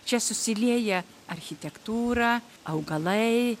čia susilieja architektūra augalai